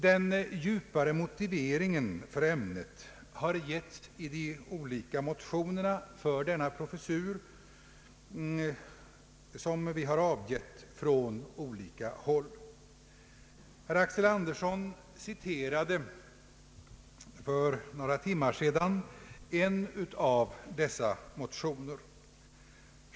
Den djupare motiveringen för ämnet har givits i de olika motionerna om denna professur, som väckts från olika håll. Herr Axel Andersson citerade för några timmar sedan en av dessa motioner.